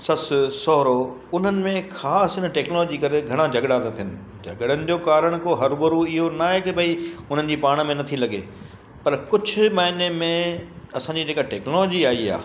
ससु सहुरो उन्हनि में ख़ासि हिन टेक्नोलॉजी करे घणा झॻिड़ा था थियनि झॻिड़नि जो कारण को हरुबरु इहो नाहे भई हुननि जी पाण में नथी लॻे पर कुझु मायने में असांजी जे का टेक्नोलॉजी आई आहे